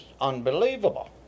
unbelievable